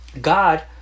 God